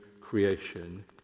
creation